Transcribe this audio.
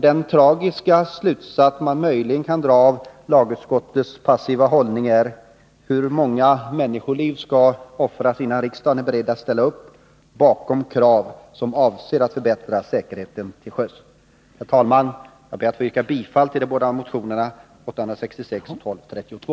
Den tragiska slutsats man möjligen kan dra av lagutskottets passiva hållning är att vi här måste ställa frågan: Hur många människoliv skall offras, innan riksdagen är beredd att ställa sig bakom krav som syftar till att förbättra säkerheten till sjöss? Herr talman! Jag ber att få yrka bifall till de båda motionerna 866 och 1232.